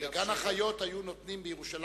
בזמנו בגן-החיות בירושלים,